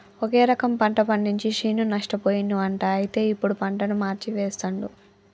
ఒకే రకం పంట పండించి శ్రీను నష్టపోయిండు అంట అయితే ఇప్పుడు పంటను మార్చి వేస్తండు